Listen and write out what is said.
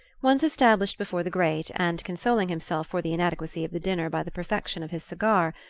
once established before the grate, and consoling himself for the inadequacy of the dinner by the perfection of his cigar,